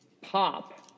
pop